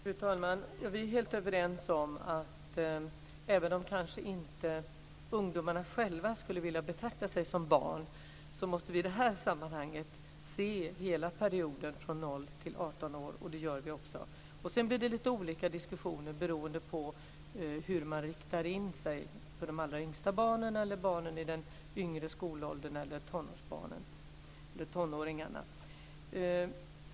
Fru talman! Vi är helt överens om att även om kanske inte ungdomarna själva skulle vilja betrakta sig som barn så måste vi i det här sammanhanget se till hela perioden från 0 till 18 år, och det gör vi också. Sedan blir det lite olika diskussioner beroende på om man riktar in sig på de allra yngsta barnen, barnen i den yngre skolåldern eller tonåringarna.